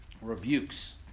Rebukes